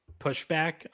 pushback